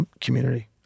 community